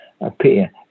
appear